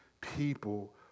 people